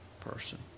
person